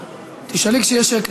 תשאלי כשיהיה שקט,